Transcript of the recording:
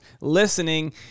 listening